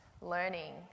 learning